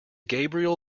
gabriel